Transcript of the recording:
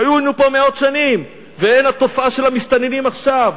והיו פה מאות שנים, והן התופעה של המסתננים עכשיו,